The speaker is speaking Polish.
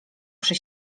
przy